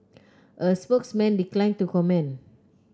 a spokesman declined to comment